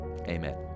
amen